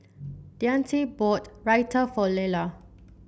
Deante bought Raita for Lella